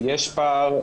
יש פער,